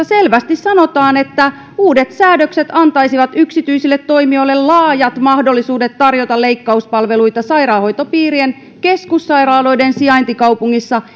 selvästi sanotaan että uudet säädökset antaisivat yksityisille toimijoille laajat mahdollisuudet tarjota leikkauspalveluita sairaanhoitopiirien keskussairaaloiden sijaintikaupungeissa